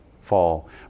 fall